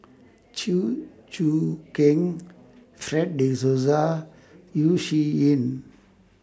Chew Choo Keng Fred De Souza Yeo Shih Yun